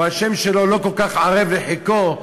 או שהשם שלו לא כל כך ערב לחכו,